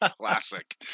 Classic